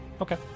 Okay